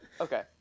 Okay